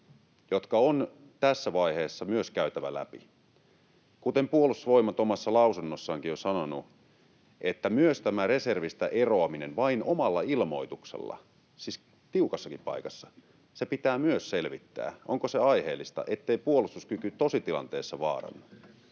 jotka on tässä vaiheessa myös käytävä läpi. Kuten Puolustusvoimat omassa lausunnossaankin on sanonut, myös tämä reservistä eroaminen vain omalla ilmoituksella, siis tiukassakin paikassa, pitää myös selvittää, että onko se aiheellista, niin ettei puolustuskyky tositilanteessa vaarannu.